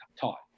taught